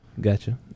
Gotcha